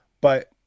But-